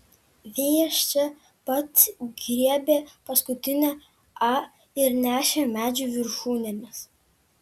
vėjas čia pat griebė paskutinę a ir nešė medžių viršūnėmis